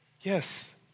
Yes